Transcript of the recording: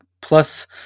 plus